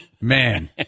Man